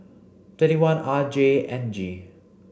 twenty one R J N G